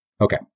Okay